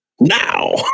now